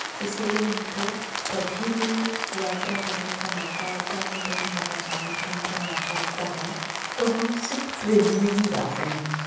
इसलिए हमको कभी भी यात्रा करने का मौका आता है कहीं बाहर जाने का हमको मौका आता है तो हम सिर्फ ट्रेन में ही जाते हैं